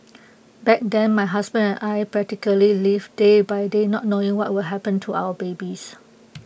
back then my husband and I practically lived day by day not knowing what will happen to our babies